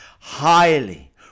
highly